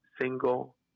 single